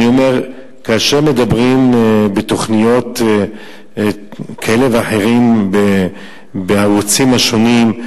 אני אומר שכאשר מדברים בתוכניות כאלה ואחרות בערוצים השונים,